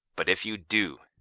but if you do,